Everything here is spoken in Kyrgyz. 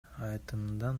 айтымында